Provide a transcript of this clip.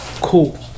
Cool